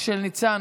של חבר הכנסת ניצן